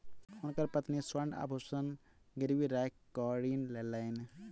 हुनकर पत्नी स्वर्ण आभूषण गिरवी राइख कअ ऋण लेलैन